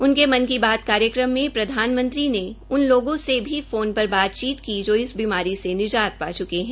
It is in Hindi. उनके मन की बात कार्यक्रम में प्रधानमंत्री ने उन लोगों से भी टेलीफोन पर बातचीत की जो इस बीमारी से निजात पा चुके है